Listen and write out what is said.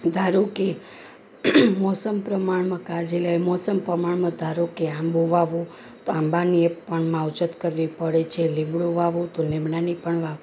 ધારો કે મોસમ પ્રમાણમાં કાળજી લેવી મોસમ પ્રમાણમાં ધારો કે આંબો વાવો તો આંબાની પણ માવજત કરવી પડે છે લીમડો વાવો તો લીમડાની પણ